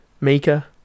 Mika